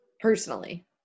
Personally